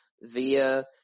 via